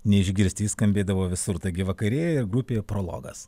neišgirsti ji skambėdavo visur taigi vakarėja ir grupė prologas